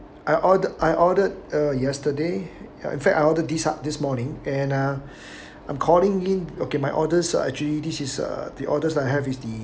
I ordered I ordered uh yesterday in fact I ordered this up this morning and ah accordingly okay my orders are actually this is uh the orders I have is the